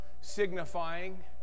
signifying